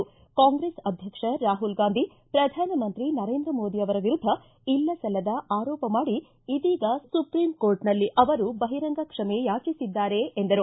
ಕಾಂಗ್ರೆಸ್ ಅಧ್ಯಕ್ಷ ರಾಹುಲ್ ಗಾಂಧಿ ಪ್ರಧಾನಮಂತ್ರಿ ನರೇಂದ್ರ ಮೋದಿ ಅವರ ವಿರುದ್ಧ ಇಲ್ಲ ಸಲ್ಲದ ಆರೋಪ ಮಾಡಿ ಇದೀಗ ಸುಪ್ರೀಂಕೋರ್ಟನಲ್ಲಿ ಅವರು ಬಹಿರಂಗ ಕ್ವಮೆ ಯಾಚಿಸಿದ್ದಾರೆ ಎಂದರು